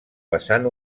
vessant